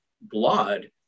blood